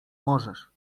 możesz